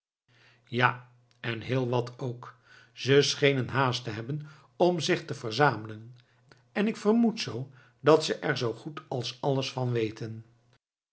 ja en heel wat ook ze schenen haast te hebben om zich te verzamelen en ik vermoed zoo dat ze er zoo goed als alles van weten